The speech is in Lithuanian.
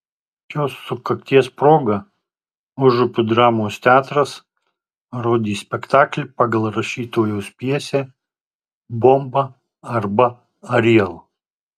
šios sukakties proga užupio dramos teatras rodys spektaklį pagal rašytojos pjesę bomba arba ariel